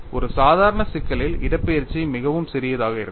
ஒரு சாதாரண சிக்கலில் இடப்பெயர்ச்சி மிகவும் சிறியதாக இருக்கும்